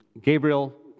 Gabriel